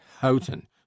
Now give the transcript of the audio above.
houghton